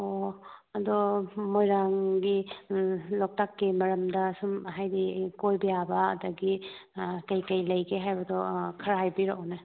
ꯑꯣ ꯑꯗꯣ ꯃꯣꯏꯔꯥꯡꯒꯤ ꯂꯣꯛꯇꯥꯛꯀꯤ ꯃꯔꯝꯗ ꯁꯨꯝ ꯍꯥꯏꯗꯤ ꯀꯣꯏꯕ ꯌꯥꯕ ꯑꯗꯒꯤ ꯀꯩꯀꯩ ꯂꯩꯒꯦ ꯍꯥꯏꯕꯗꯣ ꯈꯔ ꯍꯥꯏꯕꯤꯔꯛꯎꯅꯦ